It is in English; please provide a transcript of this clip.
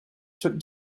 took